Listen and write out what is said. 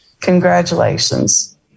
congratulations